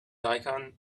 icon